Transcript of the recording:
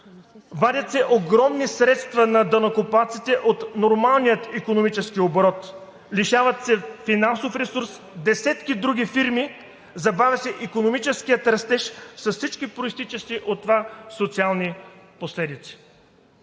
вадят се огромни средства на данъкоплатците от нормалния икономически оборот, лишават се от финансов ресурс десетки други фирми, забавя се икономическият растеж с всички произтичащи от това социални последици.